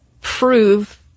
prove